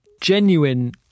genuine